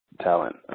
talent